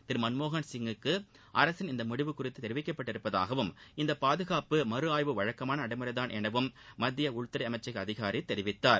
திரு மன்மோகன் சிங் குக்கு அரசின் இந்த முடிவு குறித்து தெரிவிக்கப்பட்டிருப்பதாகவும் இந்த பாதகாப்பு மறு ஆய்வு வழக்கமான நளடமுறைதான் எனவும் மத்திய உள்துறை அமைச்சக அதிகாரி தெரிவித்தார்